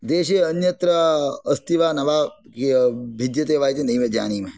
देशे अन्यत्र अस्ति वा न वा भिद्यते वा इति नैव जानीमः